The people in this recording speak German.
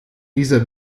dieser